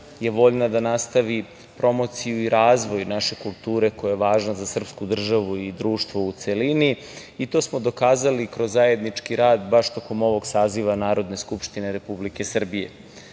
je voljna da nastavi promociju i razvoj naše kulture, koja je važna sa srpsku državu i društvo u celini. To smo dokazali kroz zajednički rad baš toko ovog saziva Narodne skupštine Republike Srbije. Smatram